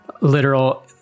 literal